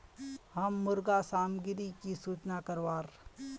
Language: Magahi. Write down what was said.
हम मुर्गा सामग्री की सूचना करवार?